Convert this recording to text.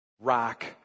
Rock